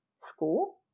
school